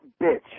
bitch